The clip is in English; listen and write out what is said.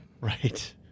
Right